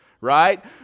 right